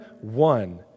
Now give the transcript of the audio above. one